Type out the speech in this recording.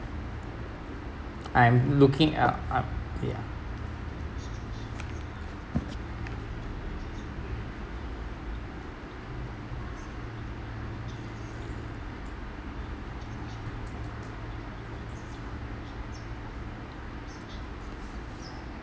I'm looking uh uh the uh